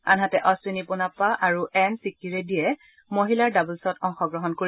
আনহাতে অশ্বিনী পোনাপ্পা আৰু এন চিক্কী ৰেড্ডীয়ে মিহলাৰ ডাবলছত অংশগ্ৰহণ কৰিব